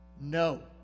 No